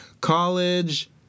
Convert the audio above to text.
College